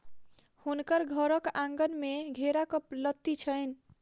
हुनकर घरक आँगन में घेराक लत्ती छैन